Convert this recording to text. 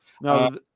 No